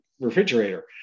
refrigerator